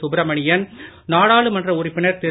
சுப்ரமணியன் நாடாளுமன்ற உறுப்பினர் திரு